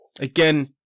again